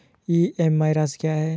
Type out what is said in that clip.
EMI राशि क्या है?